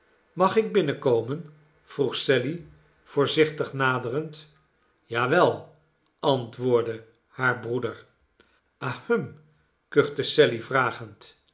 mag ik binnenkomen vroeg sally voorzichtig naderend ja wel antwoordde haar broeder ahem kuchte sally vragend